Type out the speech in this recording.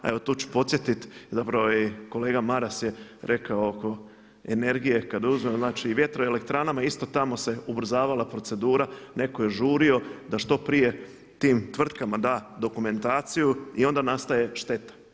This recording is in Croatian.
A evo tu ću podsjetiti, zapravo je i kolega Maras rekao oko energije, kada uzmemo znači i vjetroelektranama isto tako se ubrzavala procedura, neko je žurio da što prije tim tvrtkama da dokumentaciju i onda nastaje šteta.